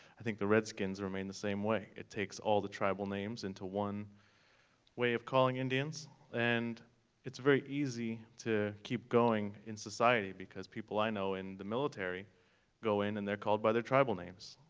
i think the redskins remain the same way. it takes all the tribal names into one way of calling indians and it's very easy to keep going in society because people i know in the military go in and they're called by their tribal names.